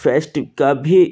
fest का भी